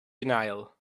denial